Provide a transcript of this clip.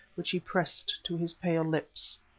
which he pressed to his pale lips.